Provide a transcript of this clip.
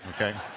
okay